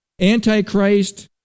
Antichrist